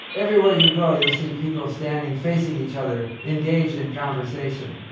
everywhere you go, you'll see people standing facing each other engaged in conversation.